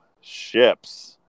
ships